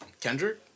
Kendrick